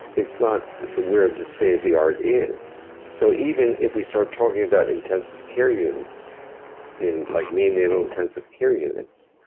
it's not where the state of the art is. so even if we start talking about intensive care units in like neonatal intensive care units,